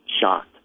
shocked